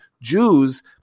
Jews